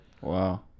Wow